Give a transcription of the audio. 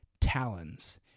talons